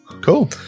Cool